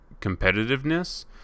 competitiveness